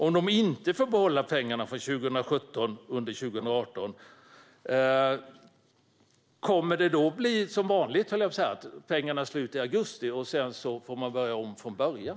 Om man inte får behålla pengarna för 2017 under 2018, kommer det då att bli som vanligt, höll jag på att säga - att pengarna är slut i augusti och så får man börja om från början?